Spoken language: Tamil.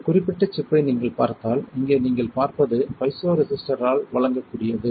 இந்த குறிப்பிட்ட சிப்பை நீங்கள் பார்த்தால் இங்கே நீங்கள் பார்ப்பது பைசோரெசிஸ்டரால் வழங்கக்கூடியது